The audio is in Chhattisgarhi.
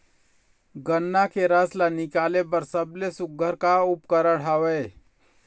गन्ना के रस ला निकाले बर सबले सुघ्घर का उपकरण हवए?